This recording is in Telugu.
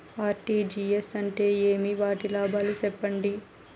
ఆర్.టి.జి.ఎస్ అంటే ఏమి? వాటి లాభాలు సెప్పండి?